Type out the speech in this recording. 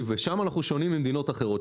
שם אנחנו שונים ממדינות אחרות.